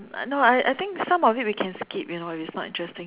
no I I think some of it we can skip you know if it's not interesting